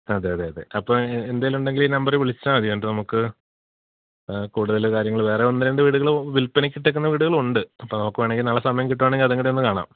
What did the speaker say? അതെ അതെ അതെ അപ്പോൾ എന്തേലും ഉണ്ടെങ്കിൽ ഈ നമ്പറിൽ വിളിച്ചാൽ മതി കേട്ടോ നമുക്ക് കൂടുതൽ കാര്യങ്ങൾ വേറെ ഒന്ന് രണ്ട് വീടുകൾ വിൽപ്പനയ്ക്ക് ഇട്ടേക്കുന്ന വീടുകളും ഉണ്ട് അപ്പോൾ നോക്കുകയാണെങ്കിൽ നാളെ സമയം കിട്ടുകയാണെങ്കിൽ അതും കൂടെ ഒന്ന് കാണാം